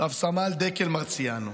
רב-סמל דקל מרציאנו.